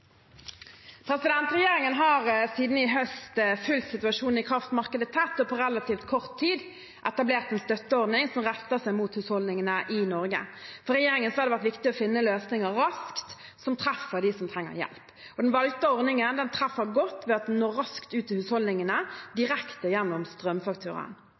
Regjeringen har siden i høst fulgt situasjonen i kraftmarkedet tett og på relativt kort tid etablert en støtteordning som retter seg mot husholdningene i Norge. For regjeringen har det vært viktig å finne løsninger raskt, som treffer dem som trenger hjelp. Den valgte ordningen treffer godt ved at den når raskt ut til husholdningene